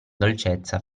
dolcezza